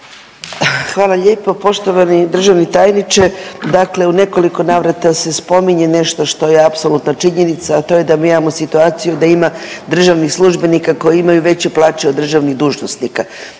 Hvala lijepo. Poštovani državni tajniče, dakle u nekoliko navrata se spominje nešto što je apsolutna činjenica, a to je da mi imamo situaciju da ima državnih službenika koji imaju veće plaće od državnih dužnosnika.